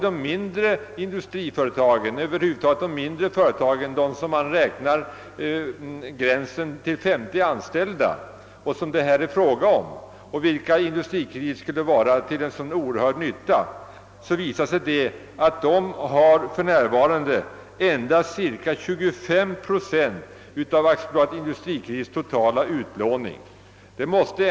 De mindre företagen, för vilka man räknar Översta gränsen vid 50 anställda och för vilka AB Industrikredit skulle bli till så oerhört stor nytta, har för närvarande endast ungefär 25 procent av lånen i institutet.